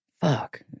fuck